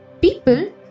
people